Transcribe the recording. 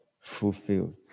fulfilled